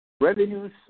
Revenues